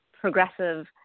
progressive